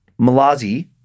Malazi